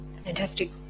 fantastic